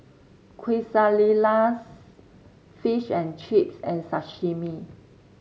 Quesadillas Fish and Chips and Sashimi